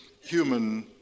human